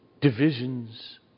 divisions